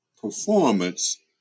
performance